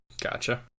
Gotcha